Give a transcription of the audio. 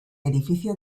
edificio